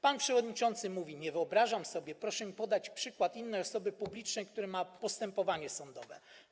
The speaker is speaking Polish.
Pan przewodniczący mówi: nie wyobrażam sobie, proszę mi podać przykład innej osoby publicznej, która ma postępowanie sądowe.